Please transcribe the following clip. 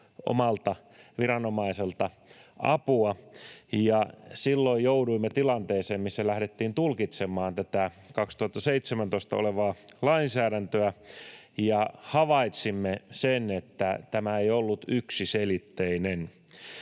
omalta viranomaiselta apua, ja silloin jouduimme tilanteeseen, missä lähdettiin tulkitsemaan tätä vuodelta 2017 olevaa lainsäädäntöä, ja havaitsimme sen, että tämä ei ollut yksiselitteinen.